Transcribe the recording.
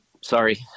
Sorry